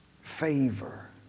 favor